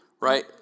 right